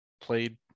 played